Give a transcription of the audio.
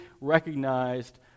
recognized